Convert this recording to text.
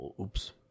Oops